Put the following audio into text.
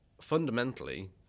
fundamentally